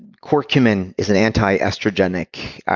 curcumin is an anti-estrogenic.